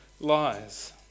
lies